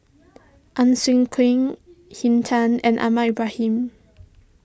Ang Swee Aun Henn Tan and Ahmad Ibrahim